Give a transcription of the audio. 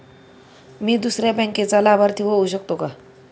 मी दुसऱ्या बँकेचा लाभार्थी होऊ शकतो का?